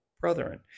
brethren